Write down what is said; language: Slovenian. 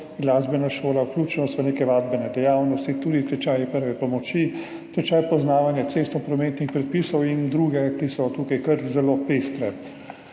glasbena šola, vključenost v neke vadbene dejavnosti, tudi tečaj prve pomoči, tečaj poznavanja cestnoprometnih predpisov in druge, ki so tukaj kar zelo pestre.